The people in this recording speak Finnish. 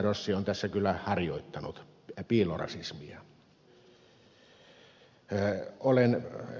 rossi on tässä kyllä harjoittanut piilorasismia